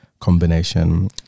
combination